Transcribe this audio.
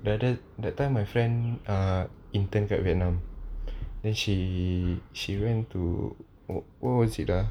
that that that time my friend uh intern dekat vietnam then she she went to what what was it ah